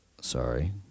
Sorry